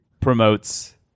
promotes